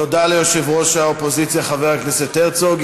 תודה ליושב-ראש האופוזיציה חבר הכנסת הרצוג.